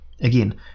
Again